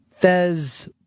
Fez